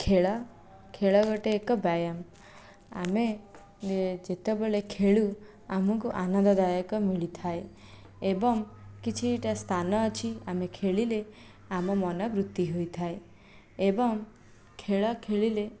ଖେଳ ଖେଳ ଗୋଟିଏ ଏକ ବ୍ୟାୟାମ ଆମେ ଯେତେବେଳେ ଖେଳୁ ଆମକୁ ଆନନ୍ଦଦାୟକ ମିଳିଥାଏ ଏବଂ କିଛିଟା ସ୍ଥାନ ଅଛି ଆମେ ଖେଳିଲେ ଆମ ମନ ବୃତ୍ତି ହୋଇଥାଏ ଏବଂ ଖେଳ ଖେଳିଲେ